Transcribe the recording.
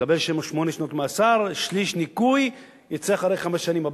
מקבל שמונה שנות מאסר, ניכוי שליש,